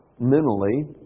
mentally